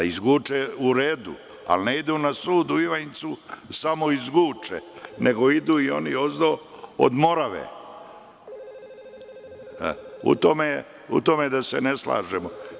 Iz Guče, u redu, ali ne idu na sud u Ivanjicu samo iz Guče, nego idu i oni odozdo, od Morave, u tome se ne slažemo.